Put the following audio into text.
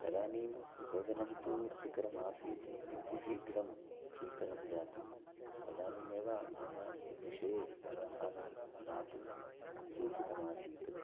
तदानीं भोजनं तु रुचिकरम् आसीत् किन्तु शीघ्रं शीतलं जातं तदानीमेव मया अस्मिन् विषये अवधानं दातुं सूचितमासीत्